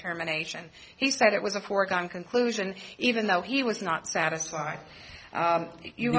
terminations he said it was a foregone conclusion even though he was not satisfied